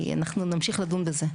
אנחנו נמשיך לדון בזה.